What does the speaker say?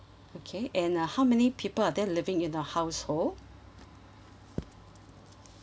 okay and uh how many people are there living in your household